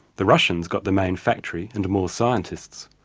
the russians got the main factory and more scientists,